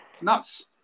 Nuts